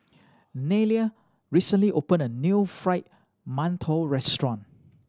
Nelia recently opened a new Fried Mantou restaurant